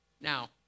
Now